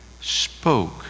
spoke